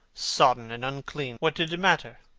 sodden, and unclean. what did it matter?